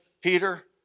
Peter